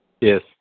Yes